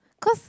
cause